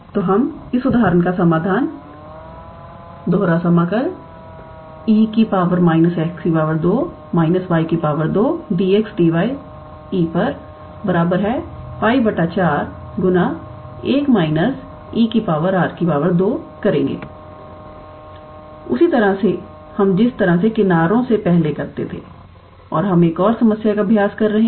तो हम इस उदाहरण का समाधान E 𝑒 −𝑥 2−𝑦 2 𝑑𝑥𝑑𝑦 𝜋 4 1 − 𝑒 −𝑅 2 करेंगे उसी तरह से हम जिस तरह से किनारों से पहले करते थे कि हम एक और समस्या का अभ्यास कर रहे हैं